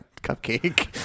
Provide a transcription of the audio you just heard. cupcake